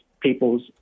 people's